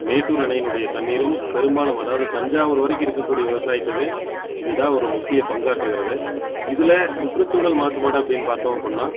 மேட்டூர் அணையினுடைய தண்ணீரும் பெரும்பாலும் அதாவது தஞ்சாவூர் வரைக்கும் இருக்கக்கூடிய விவசாயத்துக்கு இதுதான் ஒரு முக்கிய பங்காற்றுகிறது இதில் சுற்றுச்சூழல் மாசுபாடு அப்படின்னு பார்த்தோம் அப்புடின்னா